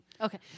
Okay